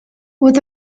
would